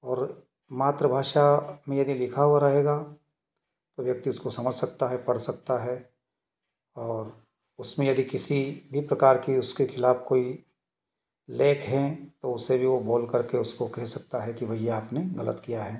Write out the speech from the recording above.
और मात्र भाषा में यदि लिखा हुआ रहेगा तो व्यक्ति उसको समझ सकता है पढ़ सकता है और उसमें यदि किसी भी प्रकार कि उसके खिलाफ कोई लेक हैं तो उसे भी वो बोल करके उसको कह सकता है कि भईया अपने गलत किया है